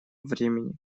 времени